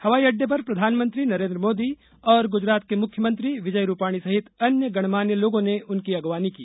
हवाई अड्डे पर प्रधानमंत्री नरेंद्र मोदी और गुजरात के मुख्यमंत्री विजय रूपाणी सहित अन्य गणमान्य लोगों ने उनकी अगुवानी की